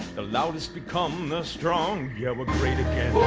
the loudest become the strong. yeah, we're great again